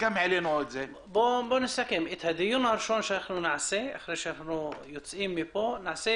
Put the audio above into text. נסכם שהדיון הראשון שנעשה אחרי הדיון